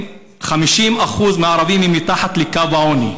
50% מהערבים הם מתחת לקו העוני.